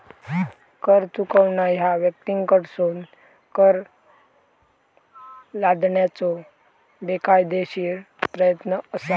कर चुकवणा ह्या व्यक्तींकडसून कर लादण्याचो बेकायदेशीर प्रयत्न असा